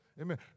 Amen